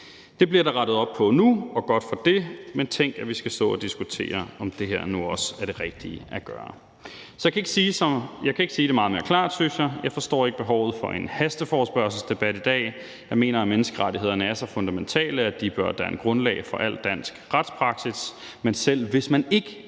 Det bliver der rettet op på nu, og godt for det, men tænk, at vi skal stå og diskutere, om det her nu også er det rigtige at gøre. Jeg kan ikke sige det meget mere klart, synes jeg. Jeg forstår ikke behovet for en hasteforespørgselsdebat i dag, og jeg mener, at menneskerettighederne er så fundamentale, at de bør danne grundlag for al dansk retspraksis, men selv hvis ikke man er